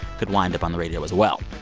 could wind up on the radio as well.